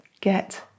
get